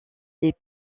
les